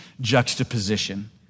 juxtaposition